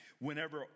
Whenever